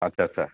আচ্ছা আচ্ছা